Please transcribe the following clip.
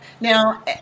Now